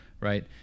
right